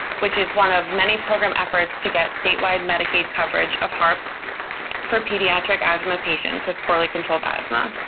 which is one of many program efforts to get statewide medicaid coverage of harp for pediatric asthma patients with poorly controlled asthma.